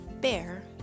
Bear